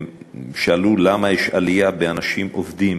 שאלו למה יש עלייה בעוני בקרב אנשים עובדים.